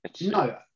No